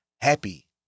Happy